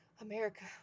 America